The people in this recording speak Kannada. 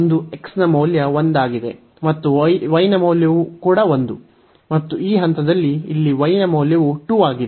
ಮತ್ತು y ನ ಮೌಲ್ಯವು 1 ಮತ್ತು ಈ ಹಂತದಲ್ಲಿ ಇಲ್ಲಿ y ನ ಮೌಲ್ಯವು 2 ಆಗಿದೆ